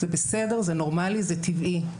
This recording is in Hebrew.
זה בסדר, זה נורמלי, זה טבעי,